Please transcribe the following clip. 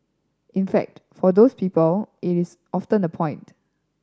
in fact for those people it is often the point